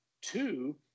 Two